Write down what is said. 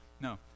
No